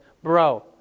Bro